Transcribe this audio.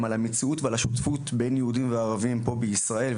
על המציאות והשותפות בין יהודים וערבים פה בישראל,